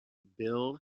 bill